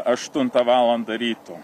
aštuntą valandą ryto